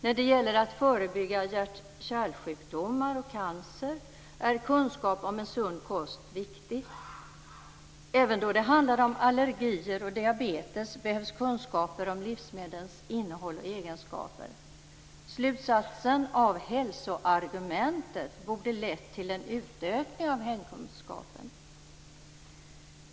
När det gäller att förebygga hjärtkärlsjukdomar och cancer är kunskap om en sund kost viktig. Även då det handlar om allergier och diabetes behövs kunskaper om livsmedlens innehåll och egenskaper. Slutsatsen av hälsoargumentet borde lett till en utökning av hemkunskapen.